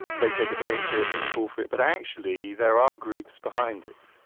they take the blame for it, take the fall for it, but actually there are groups behind it.